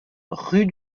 rue